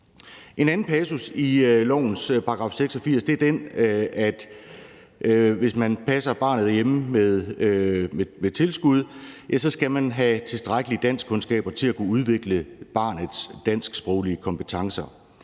En anden passus i lovens § 86 er den, at hvis man passer barnet hjemme med tilskud, skal man have tilstrækkelige danskkundskaber til at kunne udvikle barnets dansksproglige kompetencer.